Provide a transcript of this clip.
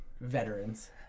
Veterans